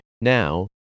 Now